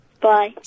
Bye